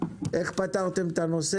איך פתרתם את הנושא,